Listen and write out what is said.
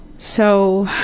so,